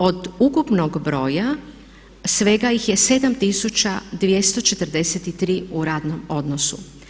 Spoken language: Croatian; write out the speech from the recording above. Od ukupnog broja svega ih je 7243 u radnom odnosu.